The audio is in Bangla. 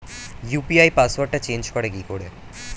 ইউ.পি.আই পাসওয়ার্ডটা চেঞ্জ করে কি করে?